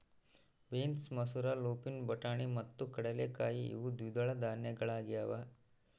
beans ಮಸೂರ lupin ಬಟಾಣಿ ಮತ್ತು ಕಡಲೆಕಾಯಿ ಇವು ದ್ವಿದಳ ಧಾನ್ಯಗಳಾಗ್ಯವ